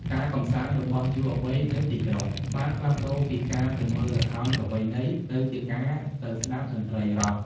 ការកម្សាន្តរបស់យុវវ័យនៅទីក្រុងបានផ្លាស់ប្តូរពីការទៅមើលល្ខោនប្រពៃណីទៅជាការទៅស្តាប់តន្ត្រីរ៉ុក។